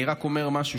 אני רק אומר משהו